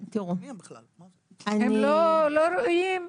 הם לא ראויים?